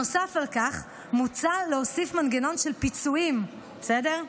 נוסף על כך מוצע להוסיף מנגנון של פיצויים, בסדר?